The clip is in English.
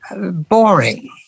boring